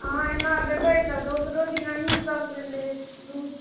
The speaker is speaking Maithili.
अहाँ एना देबै तऽ दोसरो दिन अहीँ से फेर लेब दूध